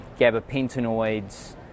gabapentinoids